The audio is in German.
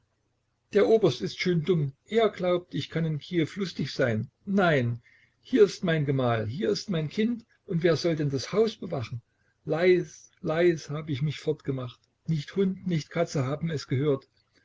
der oberst ist schön dumm er glaubt ich kann in kiew lustig sein nein hier ist mein gemahl hier ist mein kind und wer soll denn das haus bewachen leis leis hab ich mich fortgemacht nicht hund nicht katze haben es gehört